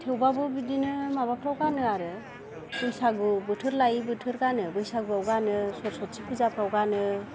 थेवबाबो बिदिनो माबाफ्राव गानो आरो बैसागु बोथोर लायै बोथोर गानो बैसागुआव गानो सर'सथि फुजाफ्राव गानो